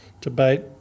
debate